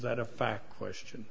that a fact question